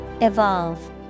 Evolve